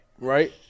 right